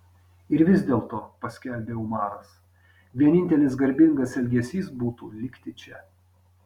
ir vis dėlto paskelbė umaras vienintelis garbingas elgesys būtų likti čia